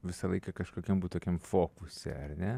visą laiką kažkokiam būt tokiam fokuse ar ne